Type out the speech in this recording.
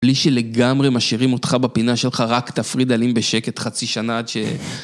בלי שלגמרי משאירים אותך בפינה שלך, רק תפריד עלים בשקט חצי שנה עד ש...